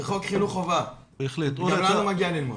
זה חוק חינוך חובה, גם לנו מגיע ללמוד.